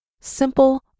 Simple